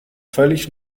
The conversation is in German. völlig